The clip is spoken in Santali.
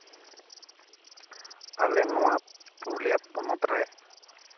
ᱟᱞᱮ ᱱᱚᱣᱟ ᱯᱩᱨᱩᱞᱤᱭᱟᱹ ᱯᱚᱱᱚᱛ ᱨᱮ